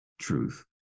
truth